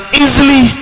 easily